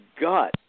gut